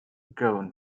gown